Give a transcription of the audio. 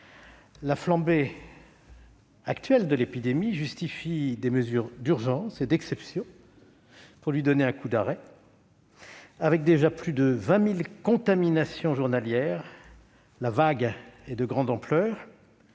la flambée de l'épidémie justifie la mise en oeuvre de mesures d'urgence et d'exception pour lui donner un coup d'arrêt. Avec déjà plus de 20 000 contaminations journalières, la vague est de grande ampleur